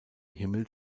himmel